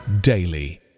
daily